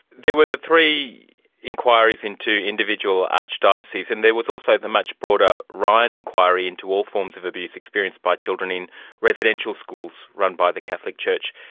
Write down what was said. there were the three inquiries into individual archdioceses and there was also the much broader ryan inquiry into all forms of abuse experienced by children in residential schools run by the catholic church.